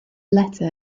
letter